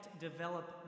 develop